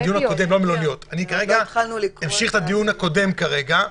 אני ממשיך את הדיון הקודם כרגע.